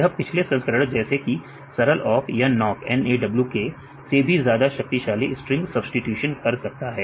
यह पिछले संस्करण जैसे कि सरल awk या nawk से भी ज्यादा शक्तिशाली स्ट्रिंग सब्सीट्यूशन कर सकता है